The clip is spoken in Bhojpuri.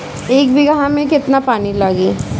एक बिगहा में केतना पानी लागी?